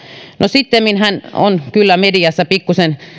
no sittemmin hän on kyllä mediassa pikkusen